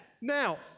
now